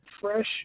fresh